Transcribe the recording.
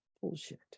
bullshit